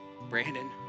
Brandon